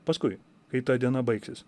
paskui kai ta diena baigsis